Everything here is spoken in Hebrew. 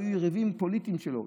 הם היו יריבים פוליטיים שלו,